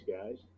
guys